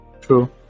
True